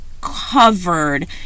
covered